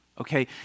okay